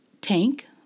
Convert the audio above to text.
Tank